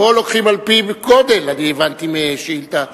פה לוקחים על-פי גודל, אני הבנתי מהשאילתא.